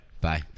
Bye